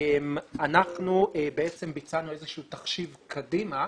אנחנו בעצם ביצענו איזשהו תחשיב קדימה,